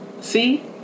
See